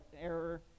error